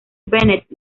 bennett